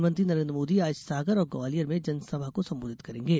प्रधानमंत्री नरेन्द्र मोदी आज सागर और ग्वालियर में जनसभा को संबोधित करेंगे